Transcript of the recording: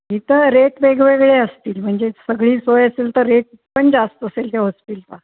इथं रेट वेगवेगळे असतील म्हणजे सगळी सोय असेल तर रेट पण जास्त असेल त्या होस्टेलचा